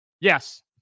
Yes